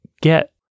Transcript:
get